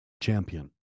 champion